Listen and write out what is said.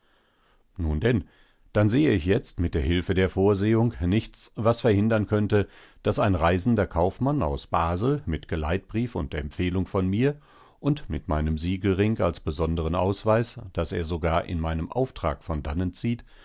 nun denn dann sehe ich jetzt mit der hilfe der vorsehung nichts was verhindern könnte daß ein reisender kaufmann aus basel mit geleitsbrief und empfehlung von mir und mit meinem siegelring als besonderen ausweis daß er sogar in meinem auftrag von dannen zieht